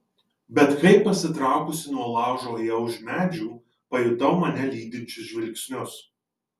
bet kai pasitraukusi nuo laužo ėjau už medžių pajutau mane lydinčius žvilgsnius